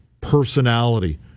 personality